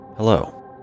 Hello